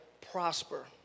prosper